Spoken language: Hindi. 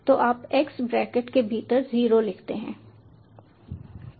तो आप x ब्रैकेट के भीतर जीरो लिखते हैं